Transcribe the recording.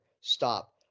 Stop